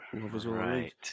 Right